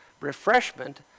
Refreshment